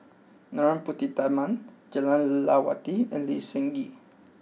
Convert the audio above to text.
Narana Putumaippittan Jah Lelawati and Lee Seng Gee